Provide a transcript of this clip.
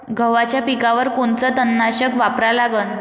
गव्हाच्या पिकावर कोनचं तननाशक वापरा लागन?